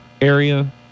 area